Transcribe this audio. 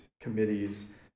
committees